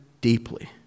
deeply